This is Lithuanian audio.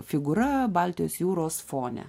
figūra baltijos jūros fone